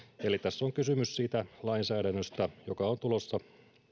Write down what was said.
eli tässä on kysymys siitä lainsäädännöstä joka on tulossa